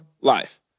life